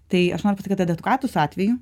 tai aš noriu pasakyt kad edukatus atveju